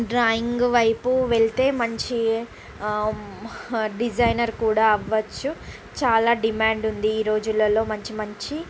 drawing వైపు వెళ్తే మంచి డిసైనర్ కూడ అవ్వచ్చు చాలా డిమాండ్ ఉంది ఈ రోజులలో మంచి మంచి